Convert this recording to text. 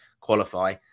qualify